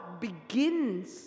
begins